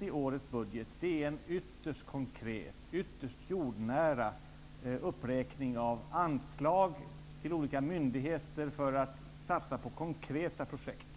I årets budget finns en ytterst konkret och jordnära uppräkning av anslag till olika myndigheter för att man skall kunna satsa på konkreta projekt.